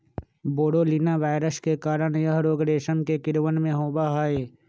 बोरोलीना virus के कारण यह रोग रेशम के कीड़वन में होबा हई